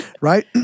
Right